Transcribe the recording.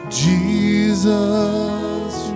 Jesus